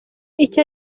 icyo